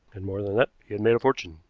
and more than that he had made a fortune,